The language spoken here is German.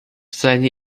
seine